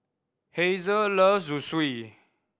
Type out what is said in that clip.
Hazle loves Zosui